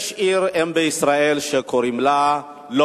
יש עיר ואם בישראל שקוראים לה לוד.